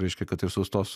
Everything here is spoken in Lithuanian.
reiškia kad ir sustos